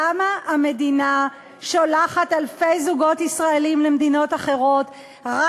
למה המדינה שולחת אלפי זוגות ישראלים למדינות אחרות רק